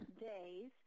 days